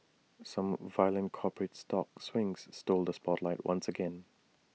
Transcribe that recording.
some violent corporate stock swings stole the spotlight once again